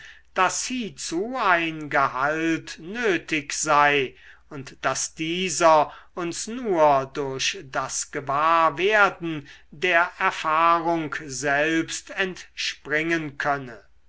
daß hiezu ein gehalt nötig sei und daß dieser uns nur durch das gewahrwerden der erfahrung selbst entspringen könne